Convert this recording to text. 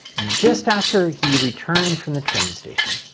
just after he returned from the train station.